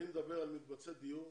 אני מדבר על מקבצי דיור,